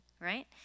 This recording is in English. right